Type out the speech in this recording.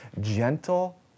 gentle